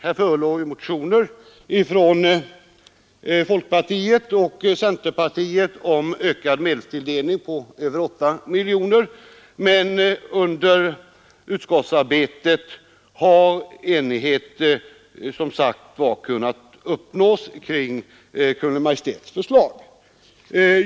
Här förelåg motioner från folkpartiet och centerpartiet om ökad medelstilldelning på över 8 miljoner, men under utskottsarbetet har enighet som sagt kunnat uppnås kring Kungl. Maj:ts förslag.